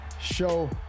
Show